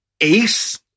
ace